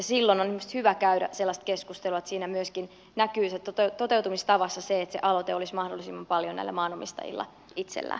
silloin on hyvä käydä sellaista keskustelua että myöskin siinä toteutumistavassa näkyy se että se aloite olisi mahdollisimman paljon näillä maanomistajilla itsellään